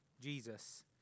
Jesus